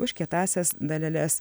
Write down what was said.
už kietąsias daleles